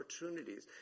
opportunities